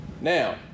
now